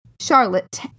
Charlotte